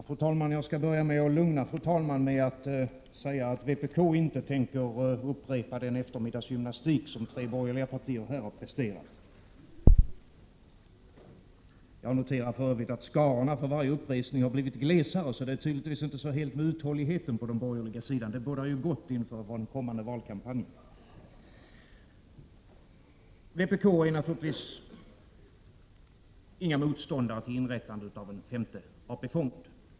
Fru talman! Jag skall börja med att lugna fru talmannen med att säga att vi i vpk inte tänker upprepa den eftermiddagsgymnastik som de tre borgerliga partierna här har presterat. För övrigt noterar jag att skarorna har blivit glesare för varje uppresning. Det är tydligen inte så helt med uthålligheten på den borgerliga sidan. Men det bådar ju gott inför den kommande valkampanjen. Vi i vpk är naturligtvis inte motståndare till inrättandet av en femte AP-fond.